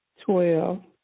twelve